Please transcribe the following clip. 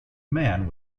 mccann